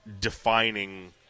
defining